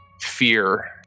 fear